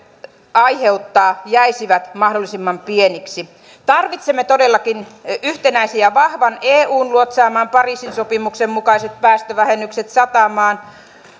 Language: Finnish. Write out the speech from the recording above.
aiheuttaa jäisivät mahdollisimman pieniksi tarvitsemme todellakin yhtenäisen ja vahvan eun luotsaamaan pariisin sopimuksen mukaiset päästövähennykset satamaan